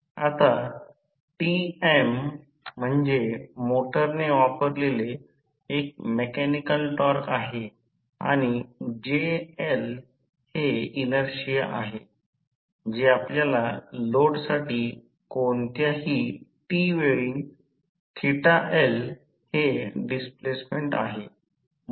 आता Tm म्हणजे मोटरने वापरलेले एक मेकॅनिकल टॉर्क आहे आणि JL हे इनर्शिया आहे जे असलेल्या लोडसाठी कोणत्याही t वेळी L हे डिस्प्लेसमेंट आहे